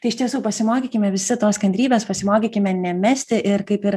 tai iš tiesų pasimokykime visi tos kantrybės pasimokykime nemesti ir kaip ir